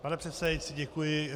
Pane předsedající, děkuji.